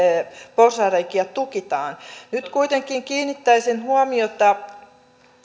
porsaanreikiä tukitaan nyt kuitenkin kiinnittäisin huomiota